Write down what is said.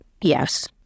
Yes